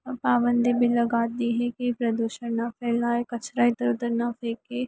पाबन्दी भी लगा दी है कि प्रदूषण ना फैलाएं कचरा इधर उधर ना फेकें